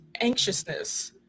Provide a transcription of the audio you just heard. anxiousness